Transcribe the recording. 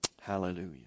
Hallelujah